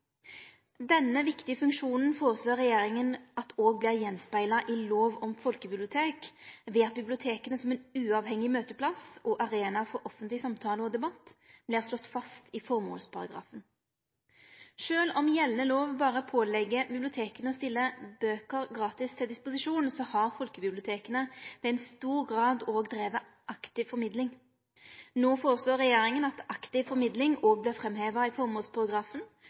Denne viktige funksjonen foreslår regjeringa at òg vert spegla av i lov om folkebibliotek ved at biblioteka som ein uavhengig møteplass og arena for offentleg samtale og debatt, vert slått fast i formålsparagrafen. Sjølv om gjeldande lov berre pålegg biblioteka å stille bøker gratis til disposisjon, har folkebiblioteka i stor grad òg drive aktiv formidling. Nå foreslår regjeringa at aktiv formidling òg vert framheva i formålsparagrafen